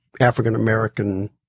African-American